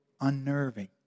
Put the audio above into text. unnerving